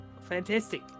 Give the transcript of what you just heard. Fantastic